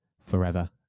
Forever